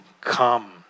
come